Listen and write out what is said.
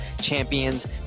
champions